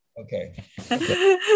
Okay